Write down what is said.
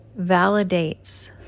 validates